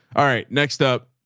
all right. next up